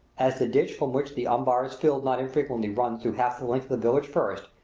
as the ditch from which the umbar is filled not infrequently runs through half the length of the village first,